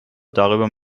darüber